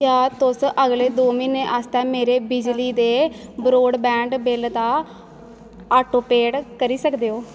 क्या तुस अगले दो म्हीनें आस्तै मेरे बिजली ते ब्रॉडबैंड बिल्ल दा ऑटोपेऽ करी सकदे ओ